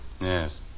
Yes